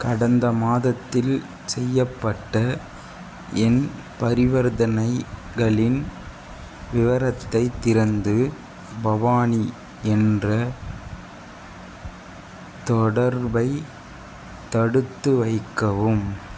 கடந்த மாதத்தில் செய்யப்பட்ட என் பரிவர்தனைகளின் விவரத்தைத் திறந்து பவானி என்ற தொடர்பை தடுத்துவைக்கவும்